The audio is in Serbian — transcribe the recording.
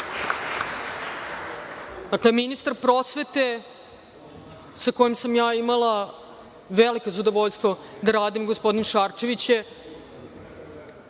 ministar prosvete, sa kojim sa ja imala veliko zadovoljstvo da radim, gospodin Šarčević,